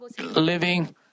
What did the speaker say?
living